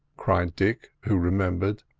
cried dick, who remembered.